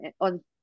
on